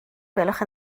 gwelwch